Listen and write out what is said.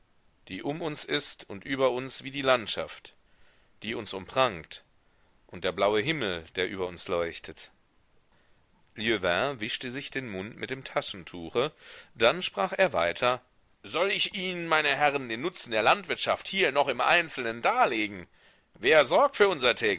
die um uns ist und über uns wie die landschaft die uns umprangt und der blaue himmel der über uns leuchtet lieuvain wischte sich den mund mit dem taschentuche dann sprach er weiter soll ich ihnen meine herren den nutzen der landwirtschaft hier noch im einzelnen darlegen wer sorgt für unser